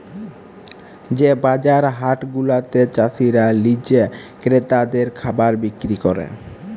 যে বাজার হাট গুলাতে চাসিরা লিজে ক্রেতাদের খাবার বিক্রি ক্যরে